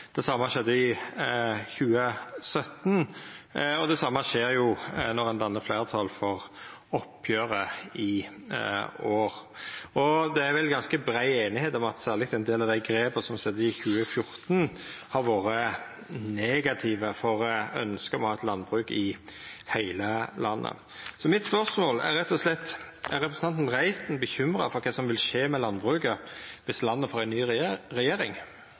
Det same skjedde i 2017, og det same skjer når ein dannar fleirtal for oppgjeret i år. Det er vel ganske brei einigheit om at særleg ein del av dei grepa som vart tekne i 2014, har vore negative for ønsket om å ha eit landbruk i heile landet. Mitt spørsmål er rett og slett om representanten Reiten er bekymra for kva som vil skje med landbruket viss landet får ei ny regjering.